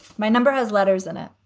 my number has letters in it.